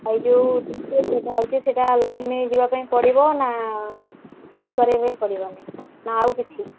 ଏଇ ଯେଉଁଟିକ ସେଟା ହେଉଛି ସେଇଟା ଲାଇନ୍ ଯିବା ପାଇଁ ପଡ଼ିବ ନା ଲାଇନ୍ କରିବାଇ ପାଇଁ ପଡ଼ିବନି ନା ଆଉ କିଛି